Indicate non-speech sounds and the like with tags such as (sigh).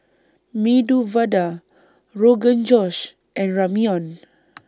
Medu Vada Rogan Josh and Ramyeon (noise)